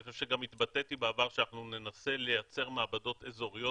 חושב שגם התבטאתי בעבר שאנחנו ננסה לייצר מעבדות אזוריות